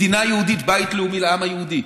מדינה יהודית, בית לאומי לעם היהודי.